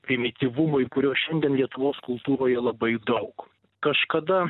primityvumui kurio šiandien lietuvos kultūroje labai daug kažkada